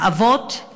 האבות,